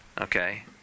okay